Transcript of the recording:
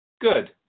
Good